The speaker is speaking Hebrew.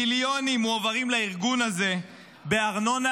מיליונים מועברים לארגון הזה בארנונה,